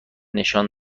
نشان